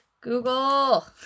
Google